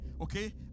okay